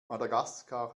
madagaskar